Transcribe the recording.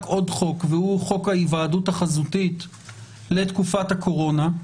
עוד חוק והוא חוק ההיוועדות החזותית לתקופת הקורונה,